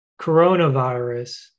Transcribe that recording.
coronavirus